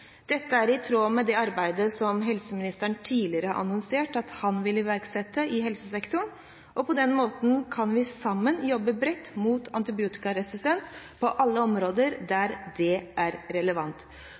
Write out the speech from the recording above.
Dette er i tråd med det arbeidet som helseministeren tidligere har annonsert at han vil iverksette i helsesektoren, og på den måten kan vi sammen jobbe bredt mot antibiotikaresistens på alle områder der det er relevant.